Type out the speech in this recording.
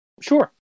Sure